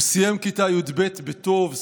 הוא סיים כיתה י"ב בטוב.